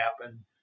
happen